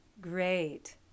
Great